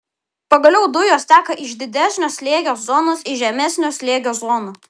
pagaliau dujos teka iš didesnio slėgio zonos į žemesnio slėgio zoną